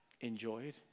enjoyed